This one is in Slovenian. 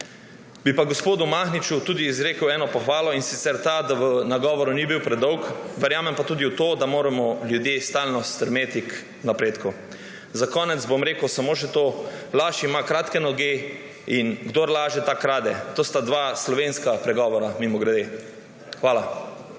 Bi pa gospodu Mahniču izrekel tudi eno pohvalo, in sicer to, da v nagovoru ni bil predolg. Verjamem pa tudi v to, da moramo ljudje stalno stremeti k napredku. Za konec bom rekel samo še to. Laž ima kratke noge, in kdor laže, ta krade. To sta dva slovenska pregovora, mimogrede. Hvala.